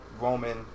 Roman